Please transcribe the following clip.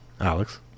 Alex